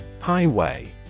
Highway